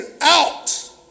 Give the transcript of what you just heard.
out